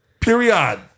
Period